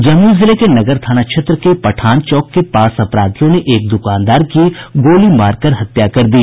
जमुई जिले के नगर थाना क्षेत्र के पठान चौक के पास अपराधियों ने एक दुकानदार की गोली मारकर हत्या कर दी